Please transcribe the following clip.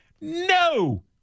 No